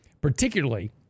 particularly